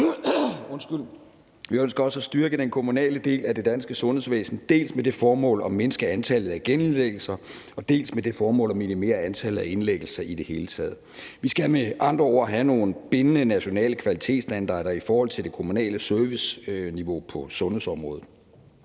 Vi ønsker også at styrke den kommunale del af det danske sundhedsvæsen, dels med det formål at mindske antallet af genindlæggelser og dels med det formål at minimere antallet af indlæggelser i det hele taget. Vi skal med andre ord have nogle bindende nationale kvalitetsstandarder i forhold til det kommunale serviceniveau på sundhedsområdet.